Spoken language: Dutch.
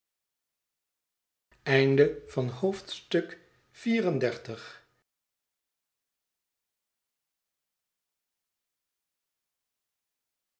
begin van het